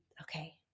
okay